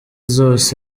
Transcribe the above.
zose